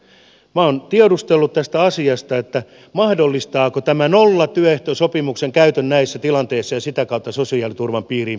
minä olen tiedustellut tästä asiasta että mahdollistaako tämä nollatyöehtosopimuksen käytön näissä tilanteissa ja sitä kautta sosiaaliturvan piiriin pääsemisen